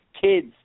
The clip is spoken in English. kids